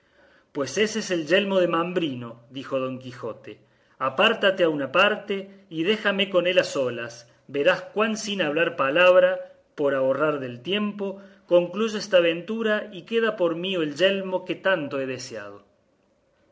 pues ése es el yelmo de mambrino dijo don quijote apártate a una parte y déjame con él a solas verás cuán sin hablar palabra por ahorrar del tiempo concluyo esta aventura y queda por mío el yelmo que tanto he deseado